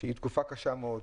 שהיא תקופה קשה מאוד,